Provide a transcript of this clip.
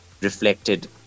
reflected